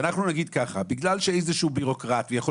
שאנחנו נגיד: בגלל שאיזשהו בירוקרט ויכול